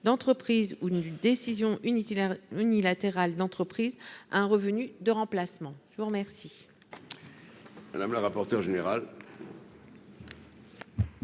d'entreprise ou d'une décision unilatérale d'entreprise à un revenu de remplacement. Quel